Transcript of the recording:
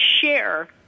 share